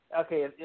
okay